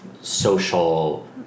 social